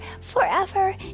forever